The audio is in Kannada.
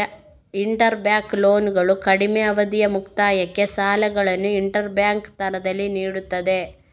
ಇಂಟರ್ ಬ್ಯಾಂಕ್ ಲೋನ್ಗಳು ಕಡಿಮೆ ಅವಧಿಯ ಮುಕ್ತಾಯಕ್ಕೆ ಸಾಲಗಳನ್ನು ಇಂಟರ್ ಬ್ಯಾಂಕ್ ದರದಲ್ಲಿ ನೀಡುತ್ತದೆ